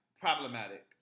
problematic